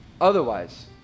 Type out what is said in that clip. otherwise